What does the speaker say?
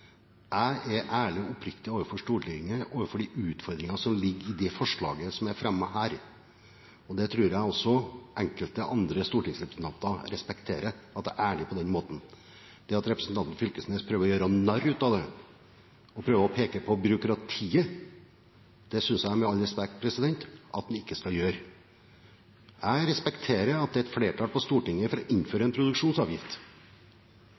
Jeg er ærlig og oppriktig overfor Stortinget, overfor de utfordringene som ligger i det forslaget som er fremmet her, og det tror jeg også enkelte andre stortingsrepresentanter respekterer – at jeg er ærlig på den måten. Det at representanten Knag Fylkesnes prøver å gjøre narr av det og peker på bruk av byråkrati, synes jeg med all respekt at han ikke skal gjøre. Jeg respekterer at det er flertall på Stortinget for å